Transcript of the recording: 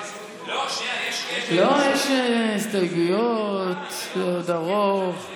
לא, יש הסתייגויות, זה עוד ארוך.